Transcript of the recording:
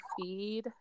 feed